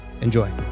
Enjoy